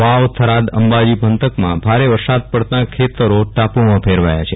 વાવ થરાદ અંબાજી પંથકમાં ભારે વરસાદ પડતા ખેતરી ટાપુમાં ફેરવાયા છે